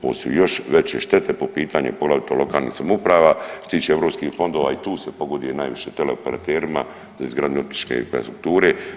Ovo su još veće štete po pitanju poglavito lokalnih samouprava, što se tiče europskih fondova, i tu se pogoduje najviše teleoperaterima za izgradnju optičke infrastrukture.